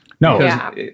No